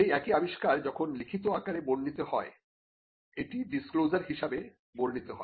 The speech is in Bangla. সেই একই আবিষ্কার যখন লিখিত আকারে বর্ণিত হয় এটি ডিসক্লোজার হিসেবে বর্ণিত হয়